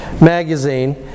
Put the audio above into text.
magazine